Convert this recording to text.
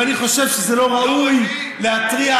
ואני חושב שזה לא ראוי להטריח,